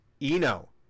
Eno